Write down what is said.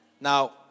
Now